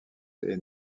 est